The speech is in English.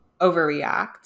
overreact